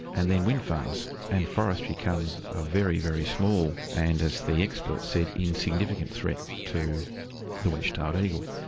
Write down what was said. and then wind farms. and forestry comes a very, very small and as the experts said, insignificant threat to the wedge-tailed eagle.